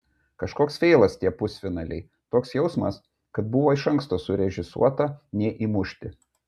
kažkoks feilas tie pusfinaliai toks jausmas kad buvo iš anksto surežisuota neįmušti